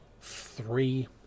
three